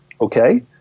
Okay